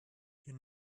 you